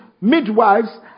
midwives